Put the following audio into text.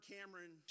Cameron